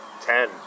ten